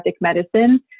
Medicine